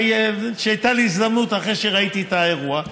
שהייתה לי הזדמנות אחרי שראיתי את האירוע,